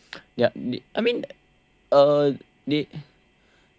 I mean uh